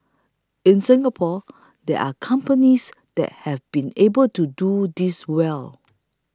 in Singapore there are companies that have been able to do this well